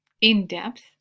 in-depth